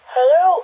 Hello